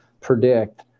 predict